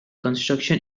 construction